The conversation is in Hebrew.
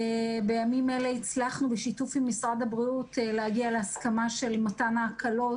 הצלחנו בשיתוף עם משרד הבריאות להגיע להסכמה של מתן ההקלות